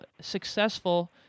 successful